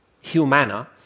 Humana